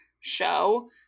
show